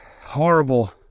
horrible